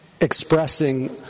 expressing